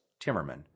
Timmerman